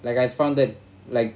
like I'd found that like